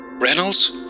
Reynolds